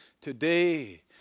today